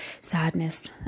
sadness